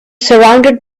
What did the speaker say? surrounded